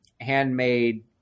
handmade